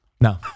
No